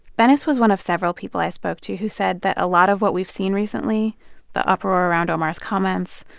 bennis was one of several people i spoke to who said that a lot of what we've seen recently the uproar around omar's comments,